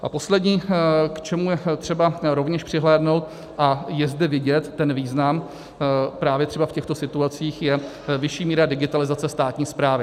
A poslední, k čemu je třeba rovněž přihlédnout, a je zde vidět ten význam právě třeba v těchto situacích, je vyšší míra digitalizace státní správy.